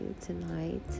tonight